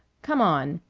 come on!